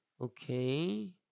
okay